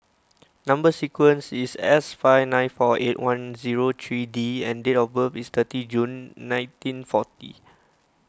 Number Sequence is S five nine four eight one zero three D and date of birth is thirty June nineteen forty